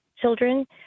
children